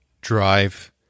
drive